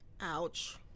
Ouch